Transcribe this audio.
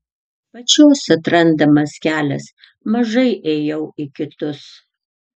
pačios atrandamas kelias mažai ėjau į kitus